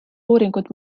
uuringut